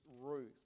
Ruth